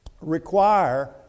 require